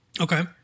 Okay